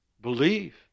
Believe